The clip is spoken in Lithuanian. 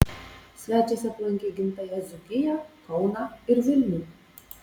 svečias aplankė gimtąją dzūkiją kauną ir vilnių